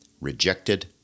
rejected